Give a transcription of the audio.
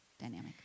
dynamic